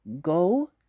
go